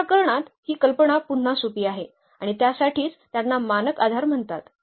या प्रकरणात ही कल्पना पुन्हा सोपी आहे आणि त्यासाठीच त्यांना मानक आधार म्हणतात